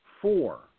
four